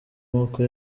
moko